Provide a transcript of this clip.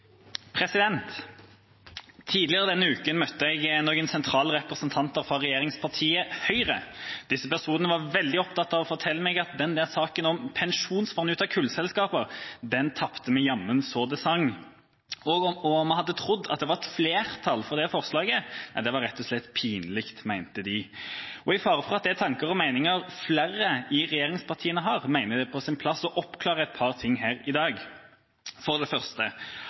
Tidligere denne uka møtte jeg noen sentrale representanter fra regjeringspartiet Høyre. Disse personene var veldig opptatt av å fortelle meg at den der saken om pensjonsfondet ut av kullselskaper ville vi jammen tape så det sang – og om vi hadde trodd at det var flertall for det forslaget, var det rett og slett pinlig, mente de. Med fare for at det er tanker og meninger flere i regjeringspartiene har, mener jeg det er på sin plass å oppklare et par ting her i dag. For det første: